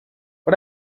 but